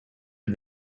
did